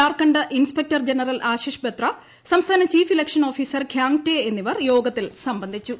Jharkhand inspector general Ashish Batra സംസ്ഥാന chief election officer Khiangte എന്നിവർ യോഗത്തിൽ സംബന്ധിച്ചു